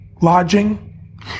Lodging